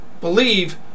believe